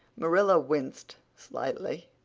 marilla winced slightly.